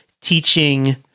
teaching